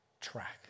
track